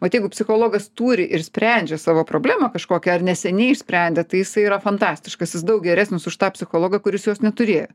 vat jeigu psichologas turi ir sprendžia savo problemą kažkokią ar neseniai išsprendė tai jisai yra fantastiškas jis daug geresnis už tą psichologą kuris jos neturėjo